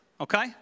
okay